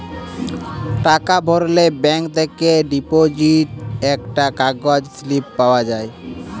টাকা ভরলে ব্যাঙ্ক থেকে ডিপোজিট একটা কাগজ স্লিপ পাওয়া যায়